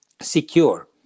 Secure